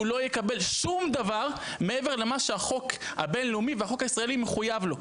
לא יקבל שום דבר מעבר למה שהחוק הבין לאומי והחוק הישראלי מחויב אליו,